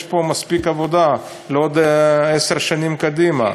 יש פה מספיק עבודה לעוד עשר שנים קדימה.